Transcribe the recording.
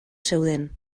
zeuden